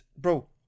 Bro